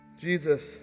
Jesus